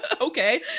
okay